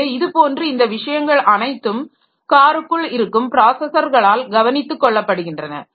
எனவே இதுபோன்று இந்த விஷயங்கள் அனைத்தும் காருக்குள் இருக்கும் ப்ராஸஸர்களால் கவனித்துக் கொள்ளப்படுகின்றன